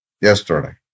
yesterday